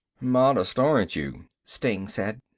modest, aren't you, steng said.